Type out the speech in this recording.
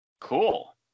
Cool